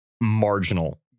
marginal